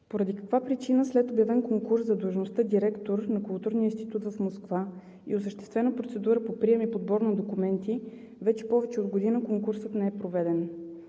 Поради каква причина след обявен конкурс за длъжността „директор на културния институт“ в Москва и осъществена процедура по прием и подбор на документи вече повече от година конкурсът не е проведен?